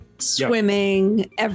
swimming